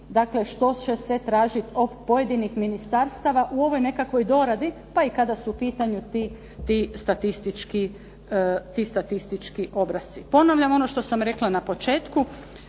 dakle što će se tražiti od pojedinih ministarstava u ovoj nekakvoj doradi, pa i kada su u pitanju ti statistički obrasci. Ponavljam, ono što sam rekla na početku,